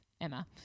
Emma